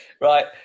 right